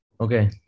Okay